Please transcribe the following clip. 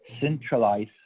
centralize